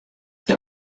der